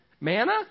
Manna